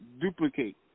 duplicate